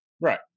Right